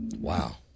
Wow